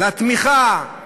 לתמיכה,